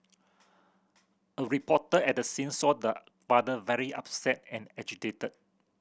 a reporter at the scene saw the father very upset and agitated